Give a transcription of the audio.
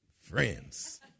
friends